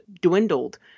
dwindled